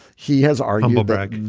he has our humblebrag,